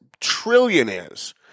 trillionaires